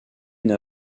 une